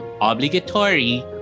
obligatory